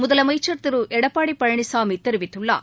முதலமைச்சர் திரு எடப்பாடி பழனிசாமி தெரிவித்துள்ளார்